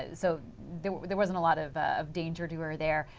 ah so there there wasn't a lot of of danger to her there.